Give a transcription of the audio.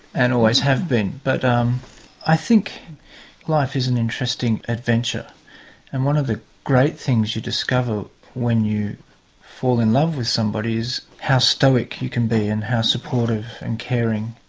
and always have been but um i think life is an interesting adventure and one of the great things you discover when you fall in love with somebody is how stoic you can be and how supportive and caring.